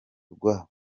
rwa